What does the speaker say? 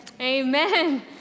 Amen